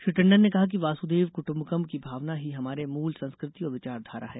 श्री टंडन ने कहा कि वसुधेव कुट्टम्बकम की भावना ही हमारे मूल संस्कृति और विचाराधारा है